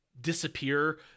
disappear